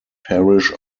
parish